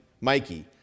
Mikey